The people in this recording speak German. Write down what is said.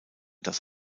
das